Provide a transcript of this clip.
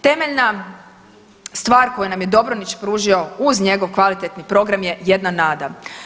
Temeljna stvar koju nam je Dobronić pružio uz njegov kvalitetan program je jedna nada.